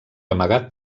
amagat